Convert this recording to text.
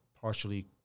partially